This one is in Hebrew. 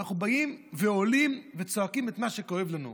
אנחנו באים ועולים וצועקים את מה שכואב לנו.